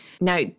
Now